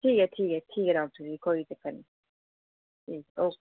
ठीक ऐ ठीक ऐ ठीक ऐ डाक्टर जी कोई चक्कर नी ठीक ओके